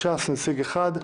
לש"ס נציג אחד,